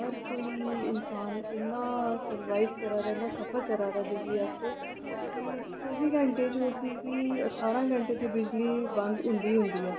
पर कोई इन्सान इन्ना सरवाइव करै दा ऐ सफर करै दा ऐ बिजली आस्तै कि चौह्बी घैंटे च उसी कि ठारां घैंटे ते बिजली बंद होंदी होंदी ऐ